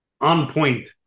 on-point